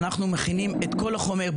אנחנו מכינים את כל החומר.